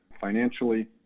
financially